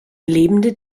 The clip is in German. lebende